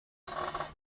offense